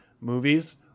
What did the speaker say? movies